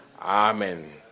Amen